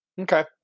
Okay